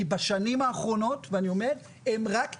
כי בשנים האחרונות הם רק התנהלו,